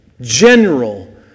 general